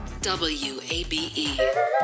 WABE